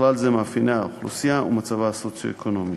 בכלל זה מאפייני האוכלוסייה ומצבה הסוציו-אקונומי.